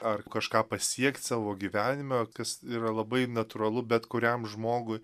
ar kažką pasiekt savo gyvenime kas yra labai natūralu bet kuriam žmogui